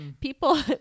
people